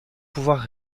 pouvoir